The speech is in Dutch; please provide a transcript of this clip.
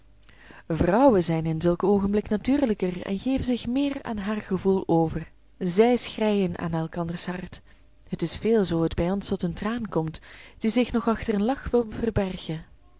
vrouwen zijn in zulke oogenblikken natuurlijker en geven zich meer aan haar gevoel over zij schreien aan elkanders hart het is veel zoo het bij ons tot een traan komt die zich nog achter een lach wil verbergen